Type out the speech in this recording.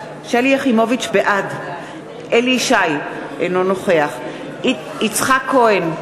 בעד אליהו ישי, אינו נוכח יצחק כהן,